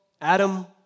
Adam